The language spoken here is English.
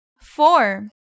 Four